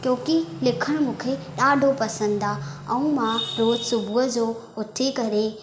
क्योंकि लिखणु मूंखे ॾाढो पसंदि आहे ऐं मां रोज़ु सुबुह जो उथी करे